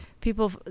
people